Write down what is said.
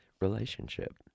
relationship